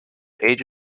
age